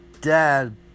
dad